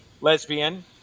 lesbian